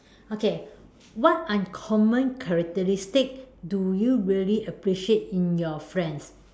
okay what uncommon characteristic do you really appreciate in your friends